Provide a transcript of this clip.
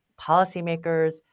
policymakers